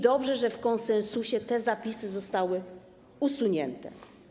Dobrze, że w konsensusie te zapisy zostały usunięte.